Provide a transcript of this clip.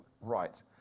right